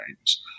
games